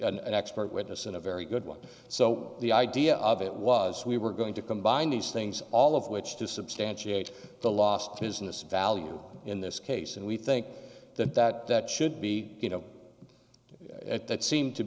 an expert witness in a very good one so the idea of it was we were going to combine these things all of which to substantiate the last business value in this case and we think that that that should be at that seem to